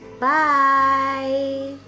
Bye